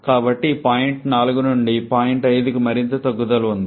కాబట్టి ఈ పాయింట్ 4 నుండి పాయింట్ 5కి మరింత తగ్గుదల ఉంది